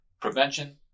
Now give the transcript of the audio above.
prevention